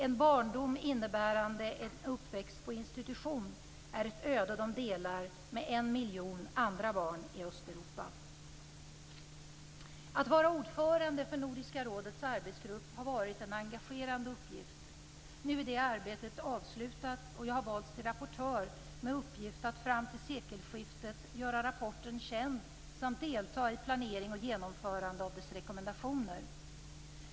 En barndom innebärande en uppväxt på institution är ett öde de delar med 1 miljon andra barn i Östeuropa. Att vara ordförande för Nordiska rådets arbetsgrupp har varit en engagerande uppgift. Nu är det arbetet avslutat och jag har valts till rapportör med uppgift att fram till sekelskiftet göra rapporten känd samt delta i planering och genomförande av dess rekommendationer.